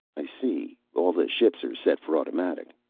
i see. all the ships are set for automatic.